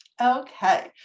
Okay